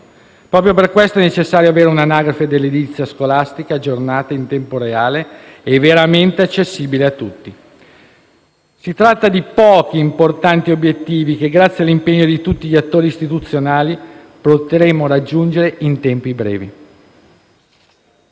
Proprio per questo è necessario avere un anagrafe dell'edilizia scolastica aggiornata in tempo reale e veramente accessibile a tutti. Si tratta di pochi importanti obiettivi che, grazie all'impegno di tutti gli attori istituzionali, potremo raggiungere in tempi brevi.